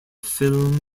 film